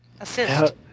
assist